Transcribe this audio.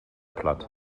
platt